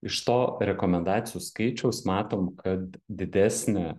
iš to rekomendacijų skaičiaus matom kad didesnė